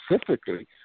specifically